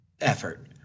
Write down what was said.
effort